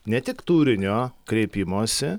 ne tik turinio kreipimosi